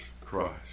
Christ